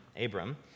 Abram